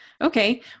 okay